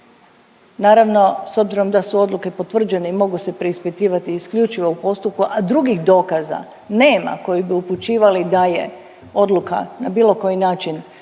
Naravno, s obzirom da su odluke potvrđene i mogu se preispitivati isključivo u postupku, a drugih dokaza nema koji bi upućivali da je odluka na bilo koji način